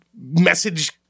message